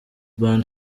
band